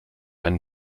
ein